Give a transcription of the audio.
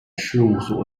事务所